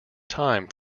time